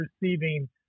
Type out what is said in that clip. receiving